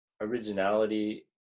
originality